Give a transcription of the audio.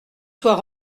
soit